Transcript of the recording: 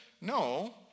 no